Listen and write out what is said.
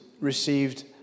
received